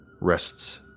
rests